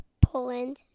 poland